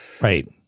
right